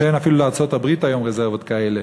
כשאפילו לארצות-הברית היום אין רזרבות כאלה.